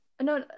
No